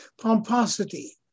pomposity